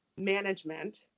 Management